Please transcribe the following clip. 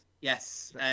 Yes